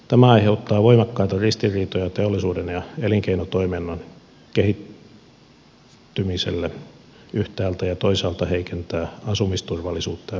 tämä aiheuttaa voimakkaita ristiriitoja teollisuuden ja elinkeinotoiminnan kehittymiselle yhtäältä ja toisaalta heikentää asumisturvallisuutta ja viihtyisyyttä